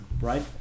right